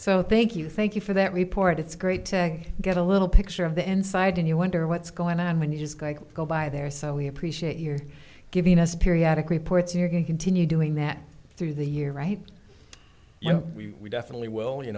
so thank you thank you for that report it's great to get a little picture of the inside and you wonder what's going on when you just go by there so we appreciate you're giving us periodic reports you're going to continue doing that through the year right well we definitely will you